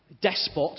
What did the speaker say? despot